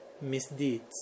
Misdeeds